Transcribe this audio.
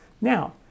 Now